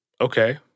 okay